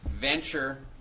venture